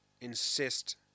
insist